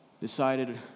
decided